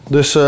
Dus